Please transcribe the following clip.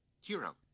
Hero